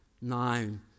nine